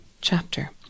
chapter